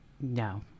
No